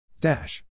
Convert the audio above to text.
Dash